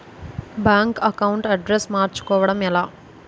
Bank account address మార్చుకోవడం ఎలా?